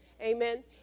Amen